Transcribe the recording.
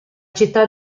città